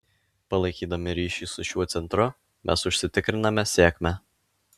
palaikydami ryšį su šiuo centru mes užsitikriname sėkmę